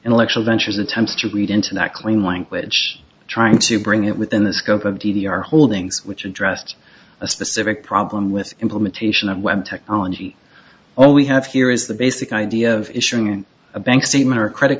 intellectual ventures attempts to read into that claim language trying to bring it within the scope of d d r holdings which addressed a specific problem with implementation of web technology all we have here is the basic idea of issuing in a bank saying her credit